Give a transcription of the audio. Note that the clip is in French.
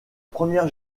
première